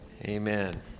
Amen